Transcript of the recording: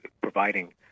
providing